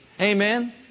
Amen